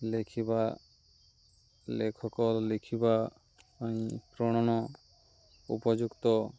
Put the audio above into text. ଲେଖିବା ଲେଖକ ଲେଖିବା ପାଇଁ ପ୍ରଣନ ଉପଯୁକ୍ତ